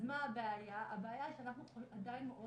אז מה הבעיה הבעיה היא שאנחנו עדיין מאוד